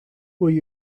will